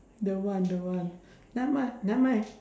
don't want don't want never mind never mind